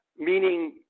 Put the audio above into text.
Meaning